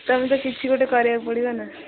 ତମେ ତ କିଛି ଗୋଟେ କରିବାକୁ ପଡ଼ିବ ନା